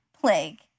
Plague